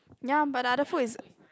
ya but the other food is